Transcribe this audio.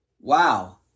Wow